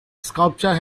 sculpture